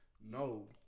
No